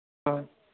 ஆ